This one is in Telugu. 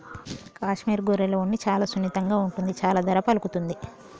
కాశ్మీర్ గొర్రెల ఉన్ని చాలా సున్నితంగా ఉంటుంది చాలా ధర పలుకుతుంది